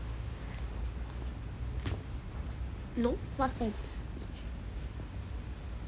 no what friends